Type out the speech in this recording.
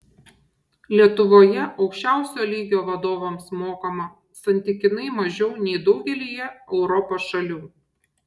lietuvoje aukščiausio lygio vadovams mokama santykinai mažiau nei daugelyje europos šalių